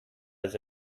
does